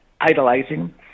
idolizing